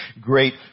great